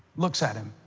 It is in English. looks at him